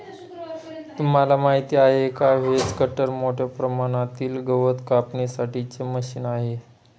तुम्हाला माहिती आहे का? व्हेज कटर मोठ्या प्रमाणातील गवत कापण्यासाठी चे मशीन आहे